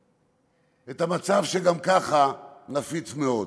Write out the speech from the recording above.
את המצב, שגם ככה הוא נפיץ מאוד,